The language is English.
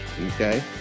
okay